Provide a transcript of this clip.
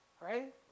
right